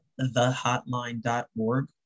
thehotline.org